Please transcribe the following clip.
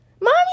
Mommy